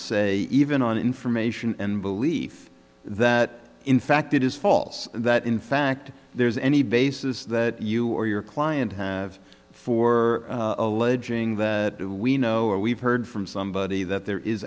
say even on information and belief that in fact it is false that in fact there's any basis that you or your client have for alleging that we know or we've heard from somebody that there is